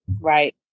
Right